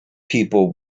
people